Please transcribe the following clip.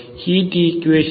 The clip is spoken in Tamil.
ஹீட் ஈக்குவேஷன் என்ன